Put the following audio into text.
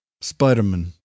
Spider-Man